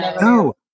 No